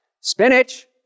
Spinach